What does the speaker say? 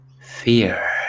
Fear